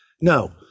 No